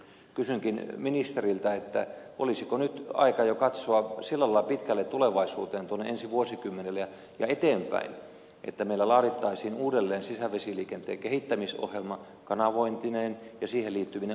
kysynkin ministeriltä olisiko nyt aika jo katsoa sillä lailla pitkälle tulevaisuuteen tuonne ensi vuosikymmenelle ja eteenpäin että meillä laadittaisiin uudelleen sisävesiliikenteen kehittämisohjelma kanavointineen ja siihen liittyvine asioineen